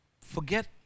forget